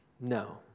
No